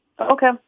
Okay